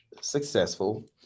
successful